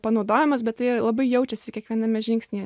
panaudojimas bet tai labai jaučiasi kiekviename žingsnyje